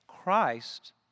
Christ